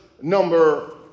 number